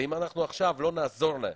ואם אנחנו עכשיו לא נעזור להם,